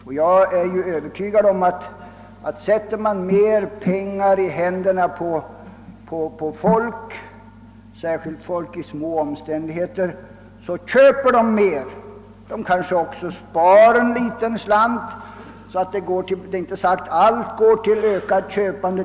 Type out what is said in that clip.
Och jag är Övertygad om att sätter man pengar i händerna på folk — särskilt folk i små omständigheter — så köper vederbörande mera. De kanske också spar en liten slant — jag tror inte att allt går till ökat köpande.